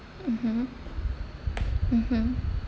mmhmm mmhmm